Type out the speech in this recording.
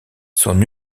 son